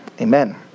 Amen